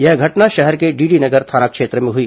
यह घटना शहर के डीडी नगर थाना क्षेत्र में हुई